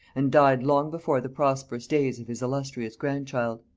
and died long before the prosperous days of his illustrious grandchild.